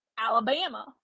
Alabama